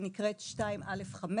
שנקראת 2א5,